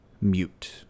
Mute